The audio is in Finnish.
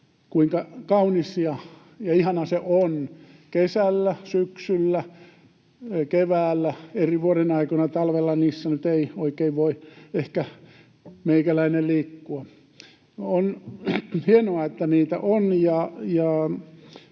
kuinka kaunis ja ihana se on kesällä, syksyllä, keväällä, eri vuodenaikoina. Talvella niissä nyt ei ehkä oikein voi meikäläinen liikkua. On hienoa, että niitä on,